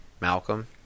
Malcolm